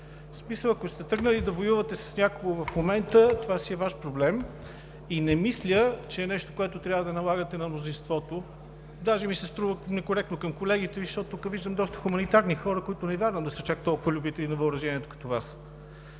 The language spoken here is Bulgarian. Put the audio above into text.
смисъл – ако сте тръгнали да воювате с някого в момента, това си е Ваш проблем и не мисля, че е нещо, което трябва да налагате на мнозинството. Даже ми се струва некоректно към колегите Ви, защото тук виждам доста хуманитарни хора, които не вярвам да са чак толкова любители на въоръжението като Вас.